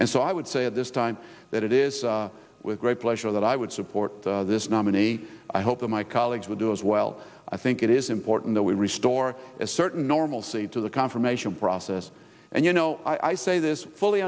and so i would say at this time that it is with great pleasure that i would support this nominee i hope that my colleagues would do as well i think it is important that we restore a certain normalcy to the confirmation process and you know i say this fully